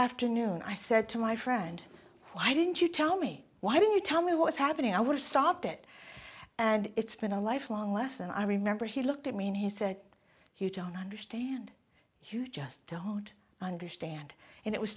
afternoon i said to my friend why didn't you tell me why don't you tell me what's happening i will stop it and it's been a lifelong lesson i remember he looked at me and he said you don't understand you just don't understand and it was